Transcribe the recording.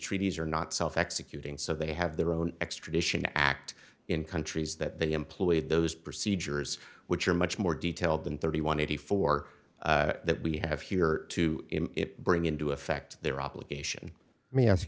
treaties are not self executing so they have their own extradition act in countries that they employ those procedures which are much more detailed than thirty one eighty four that we have here to bring into effect their obligation me ask